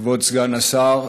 כבוד סגן השר,